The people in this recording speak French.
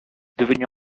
devenus